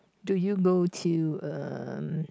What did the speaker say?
do you go to um